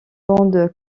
bande